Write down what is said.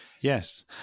Yes